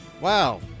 Wow